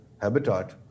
habitat